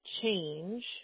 change